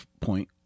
point